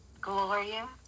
Gloria